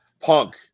Punk